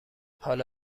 حالا